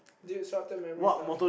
dude short term memories lah